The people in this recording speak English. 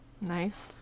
Nice